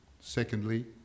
Secondly